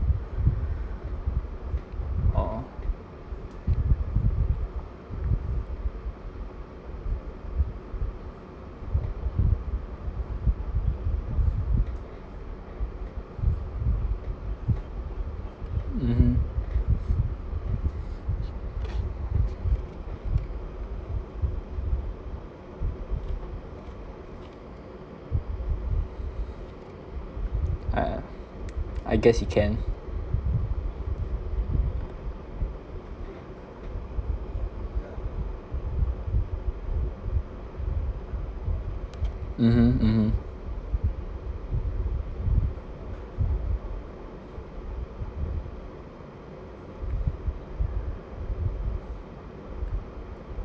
oh mmhmm uh I guess he can mmhmm mmhmm